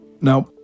Now